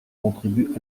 contribuent